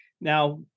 Now